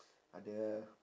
ada